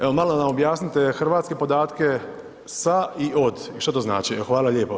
Evo, malo nam objasnite hrvatske podatke „sa“ i „od“ i što to znači?